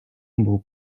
був